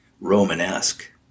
Romanesque